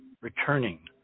returning